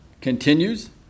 continues